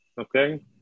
okay